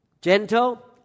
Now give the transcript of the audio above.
gentle